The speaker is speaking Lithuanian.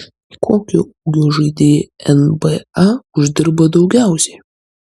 kokio ūgio žaidėjai nba uždirba daugiausiai